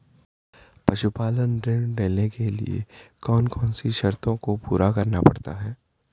पशुपालन ऋण लेने के लिए कौन सी शर्तों को पूरा करना पड़ता है?